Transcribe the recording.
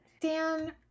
Dan